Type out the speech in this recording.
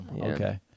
Okay